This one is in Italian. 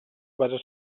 basa